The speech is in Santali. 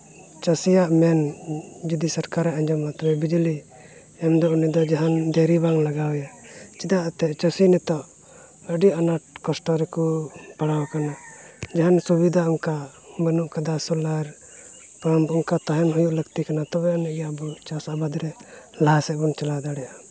ᱪᱟᱹᱥᱤᱭᱟᱜ ᱢᱮᱱ ᱡᱩᱫᱤ ᱥᱚᱨᱠᱟᱨᱮ ᱟᱸᱡᱚᱢᱟ ᱛᱚᱵᱮ ᱵᱤᱡᱽᱞᱤ ᱮᱢ ᱫᱚ ᱩᱱᱤ ᱫᱚ ᱡᱟᱦᱟᱱ ᱫᱮᱨᱤ ᱵᱟᱝ ᱞᱟᱜᱟᱣᱮᱭᱟ ᱪᱮᱫᱟᱛᱮ ᱪᱟᱹᱥᱤ ᱱᱤᱛᱚᱜ ᱟᱹᱰᱤ ᱟᱱᱟᱴ ᱠᱚᱥᱴᱚ ᱨᱮᱠᱚ ᱯᱟᱲᱟᱣ ᱠᱟᱱᱟ ᱡᱟᱦᱟᱱ ᱥᱩᱵᱤᱫᱟ ᱚᱱᱠᱟ ᱵᱟᱹᱱᱩᱜ ᱠᱟᱫᱟ ᱥᱳᱞᱟᱨ ᱯᱟᱢᱯ ᱚᱱᱠᱟ ᱛᱟᱦᱮᱱ ᱦᱩᱭᱩᱜ ᱞᱟᱹᱠᱛᱤ ᱠᱟᱱᱟ ᱛᱚᱵᱮ ᱟᱹᱱᱤᱡ ᱜᱮ ᱟᱵᱚ ᱪᱟᱥ ᱟᱵᱟᱫ ᱨᱮ ᱞᱟᱦᱟ ᱥᱮᱫ ᱵᱚᱱ ᱪᱟᱞᱟᱣ ᱫᱟᱲᱮᱭᱟᱜᱼᱟ